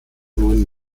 wurden